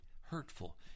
hurtful